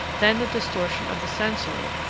then the distortion of the censor,